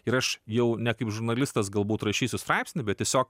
ir aš jau ne kaip žurnalistas galbūt rašysiu straipsnį bet tiesiog